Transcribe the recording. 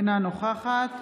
אינה נוכחת